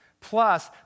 Plus